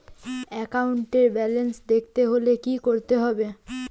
একাউন্টের ব্যালান্স দেখতে হলে কি করতে হবে?